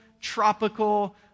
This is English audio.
tropical